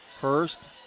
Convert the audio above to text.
Hurst